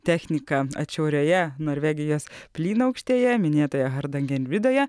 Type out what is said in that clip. techniką atšiaurioje norvegijos plynaukštėje minėtoje hardangenvidoje